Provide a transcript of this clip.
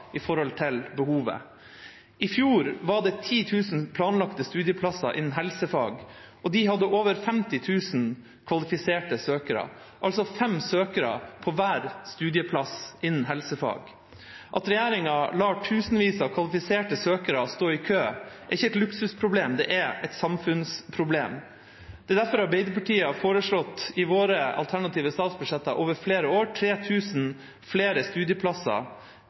i forhold til behovet. I fjor var det 10 000 planlagte studieplasser innenfor helsefag, og de hadde over 50 000 kvalifiserte søkere, altså fem søkere til hver studieplass innenfor helsefag. At regjeringa lar tusenvis av kvalifiserte søkere stå i kø, er ikke et luksusproblem; det er et samfunnsproblem. Det er derfor Arbeiderpartiet har foreslått i sine alternative statsbudsjetter over flere år 3 000 flere studieplasser,